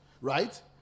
right